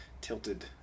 tilted